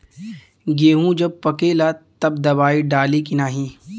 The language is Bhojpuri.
गेहूँ जब पकेला तब दवाई डाली की नाही?